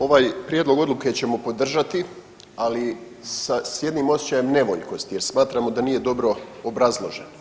Ovaj prijedlog odluke ćemo podržati, ali s jednim osjećajem nevoljkosti jer smatramo da nije dobro obrazložen.